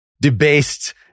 debased